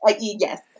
yes